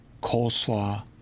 coleslaw